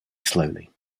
slowly